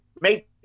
make